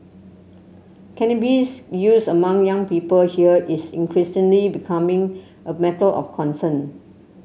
cannabis use among young people here is increasingly becoming a matter of concern